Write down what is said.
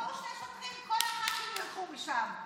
שיבואו שני שוטרים, כל הח"כים ילכו משם.